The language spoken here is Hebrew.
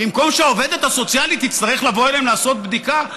במקום שהעובדת הסוציאלית תצטרך לבוא אליהם לעשת בדיקה.